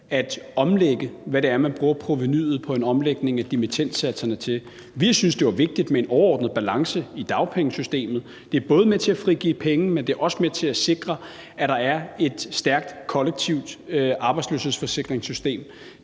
til hvad det er, man bruger provenuet på en omlægning af dimittendsatserne til. Vi har syntes, det var vigtigt med en overordnet balance i dagpengesystemet. Det er både med til at frigive penge, men det er også med til at sikre, at der er et stærkt kollektivt arbejdsløshedsforsikringssystem.